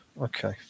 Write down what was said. Okay